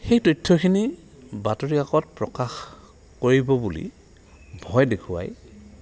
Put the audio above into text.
সেই তথ্যখিনি বাতৰি কাকতত প্ৰকাশ কৰিব বুলি ভয় দেখুৱাই